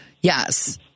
Yes